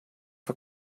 for